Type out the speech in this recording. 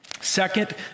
second